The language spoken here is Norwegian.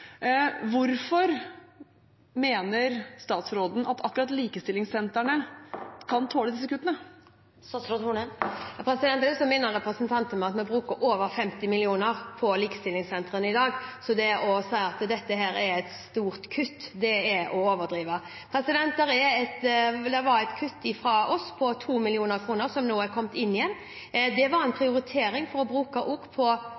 Hvorfor mener statsråden at akkurat likestillingssentrene kan tåle disse kuttene? Jeg har lyst til å minne representanten om at vi bruker over 50 mill. kr til likestillingssentrene i dag, så å si at dette er et stort kutt, er å overdrive. Det var et kutt fra oss på 2 mill. kr, som nå har kommet inn igjen. Det var en prioritering for å bruke pengene på